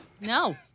No